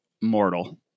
mortal